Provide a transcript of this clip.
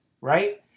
right